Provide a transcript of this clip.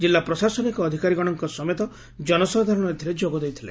ଜିଲ୍ଲା ପ୍ରଶାସନିକ ଅଧିକାରୀଗଣଙ୍କ ସମେତ ଜନସାଧାରଣ ଏଥିରେ ଯୋଗଦେଇଥିଲେ